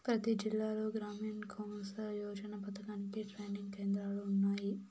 ప్రతి జిల్లాలో గ్రామీణ్ కౌసల్ యోజన పథకానికి ట్రైనింగ్ కేంద్రాలు ఉన్నాయి